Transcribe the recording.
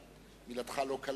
כמו בדמוקרטיות האחרות,